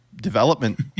development